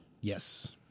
Yes